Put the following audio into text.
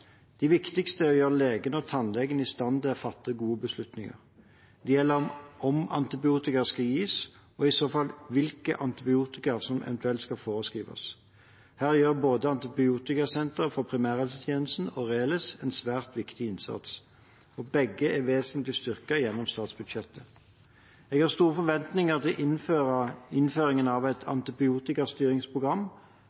De viktigste er å gjøre legen og tannlegen i stand til å fatte gode beslutninger. Det gjelder om antibiotika skal gis, og i så fall hvilke antibiotika som eventuelt skal forskrives. Her gjør både Antibiotikasenter for primærmedisin og RELIS en svært viktig innsats, og begge er vesentlig styrket gjennom statsbudsjettet. Jeg har store forventninger til innføringen av et